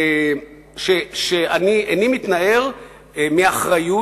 "אני איני מתנער מאחריות.